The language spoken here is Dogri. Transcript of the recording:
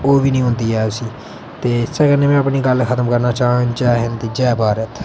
ते ओह्बी नेई होंदी ऐ उसी ते इस्सै कन्नै में अपनी गल्ल खत्म करना चाहङ जय हिंद जय भारत